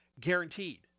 Guaranteed